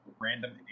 random